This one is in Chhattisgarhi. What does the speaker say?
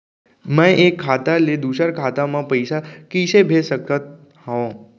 मैं एक खाता ले दूसर खाता मा पइसा कइसे भेज सकत हओं?